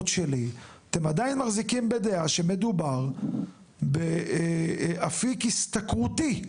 שלי אתם עדיין מחזיקים בדעה שמדובר באפיק השתכרותי?